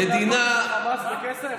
גמרתם להכות את החמאס בכסף?